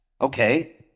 Okay